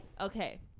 okay